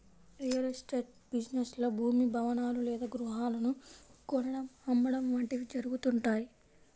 real estate business లో భూమి, భవనాలు లేదా గృహాలను కొనడం, అమ్మడం వంటివి జరుగుతుంటాయి